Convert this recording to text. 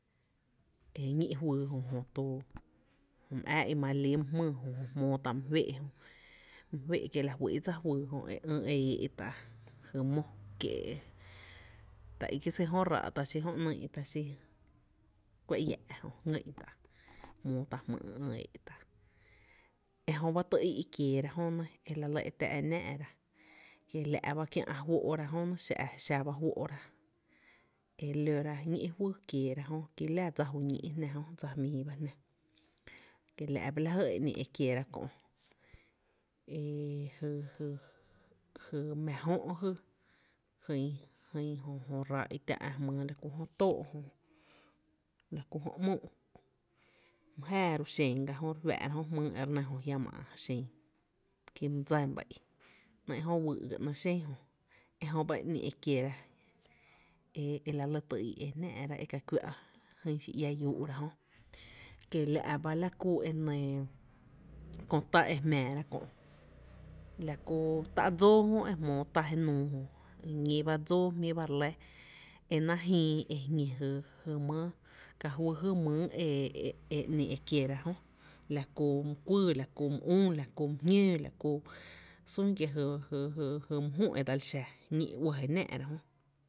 E ñi’ fyy jó, jötu my ää i’ my líí my jmýý jö, jö jmóó tá’ my féé’ jö my féé’ kiee’ la fý’ dsa fyy jö e ï’ e éé’ ta’ jy mó, kie’ ta i kie sýý jö ráá’, ta xi jö ‘nyý’, Ta xí jö kuⱥ iää jö ngý’n tá’ jö jmóó tá’ jmýý’ ï’ éé’ tá’, ejö ba ty í’ kiee’ta joNɇ e ka lɇ e tⱥ e náá’ra, kiela’ ba kiä’ juó´ra jö nɇ xaba fó’ra e lora ñi’ fyy kieera jö ki la dsa ju ñíí’ jná jö, dsa jmii b jná, kie la’ ba la jy e ï’ e kiera kö’ e jy jy jy mⱥ jö’ jy, jyn jyn jö ráá’ i tⱥ’ ä’ Jmyy la kú jö tóó’, la ku jö ‘móó’ my jää ro xen gajö re fáá’ra jö, jmýý e re nɇ jö jiama ä’ xen kí my dsán ba i ‘néé’ jö wýý’ ga nɇɇ’ xen jo e jöba e ‘nii’ e kiera e la lɇ tý íi e náá’ra e ka kuⱥ’ jyn xi iä ia úú’ra jö, kiela’ ba ñla ku enɇɇ kö tá e jmⱥⱥra kö, la ku tá’ dsóó jö e jmóó tá jenuu jö. enɇɇ ñí ba dsóó e náá’ jïï e jñi jy mý ka juy jy mýyý e ‘nii’ e kiera jö, la ku my kuyy la ku my jñóó la ku, sun kie’ jy jy jy my jü e dsel xa ñí’ uɇ je náá’ra jö.